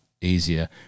easier